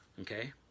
okay